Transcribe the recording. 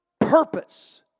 purpose